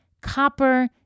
copper